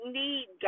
need